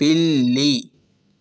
పిల్లి